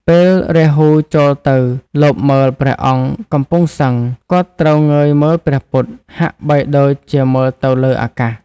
ពេលរាហូចូលទៅលបមើលព្រះអង្គកំពុងសឹង គាត់ត្រូវងើយមើលព្រះពុទ្ធ ហាក់បីដូចជាមើលទៅលើអាកាស។